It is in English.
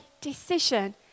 decision